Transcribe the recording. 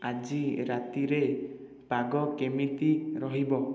ଆଜି ରାତିରେ ପାଗ କେମିତି ରହିବ